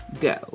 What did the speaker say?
go